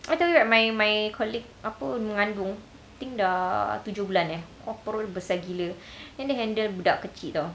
I told you right my my colleague apa mengandung I think dah tujuh bulan eh nampak perut besar gila then kena handle budak kecil [tau]